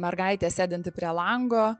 mergaitė sėdinti prie lango